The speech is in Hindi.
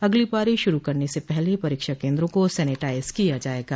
अगली पारी शुरू करने से पहले परीक्षा केंद्र को सैनेटाइज किया जायेगा